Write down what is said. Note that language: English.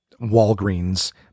Walgreens